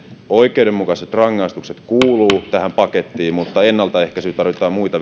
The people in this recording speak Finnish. oikeudenmukaiset rangaistukset kuuluvat tähän pakettiin mutta ennaltaehkäisyyn tarvitaan muita